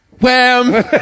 Wham